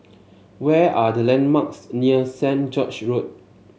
where are the landmarks near Saint George's Road